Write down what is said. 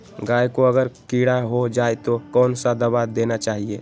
गाय को अगर कीड़ा हो जाय तो कौन सा दवा देना चाहिए?